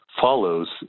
follows